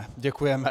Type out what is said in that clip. Děkujeme.